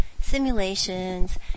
Simulations